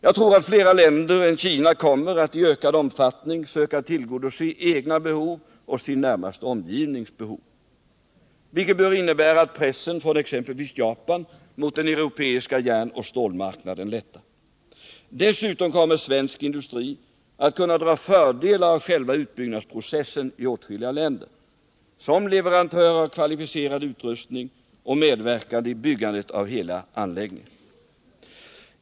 Jag tror att flera länder än Kina kommer att i ökad omfattning söka tillgodose sina egna och sin närmaste omgivnings behov, vilket torde innebära att pressen från exempelvis Japan mot den europeiska järnoch stålmarknaden kommer att lätta. Dessutom kommer svensk industri som leverantör av kvalificerad utrustning och medverkande i byggande av hela anläggningar att kunna dra fördel av själva utbyggnadsprocessen i åtskilliga länder.